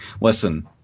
listen